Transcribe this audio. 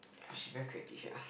she very creative ya